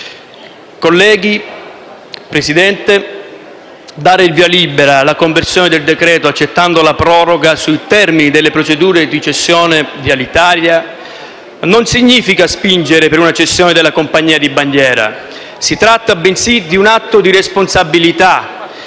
Colleghi, Presidente, dare il via libera alla conversione del decreto-legge, accettando la proroga sui termini delle procedure di cessione di Alitalia, non significa spingere per una cessione della compagnia di bandiera; si tratta, bensì, di un atto di responsabilità